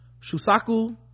Shusaku